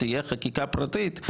תהיה חקיקה פרטית,